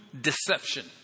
deception